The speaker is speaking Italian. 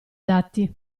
dati